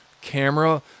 camera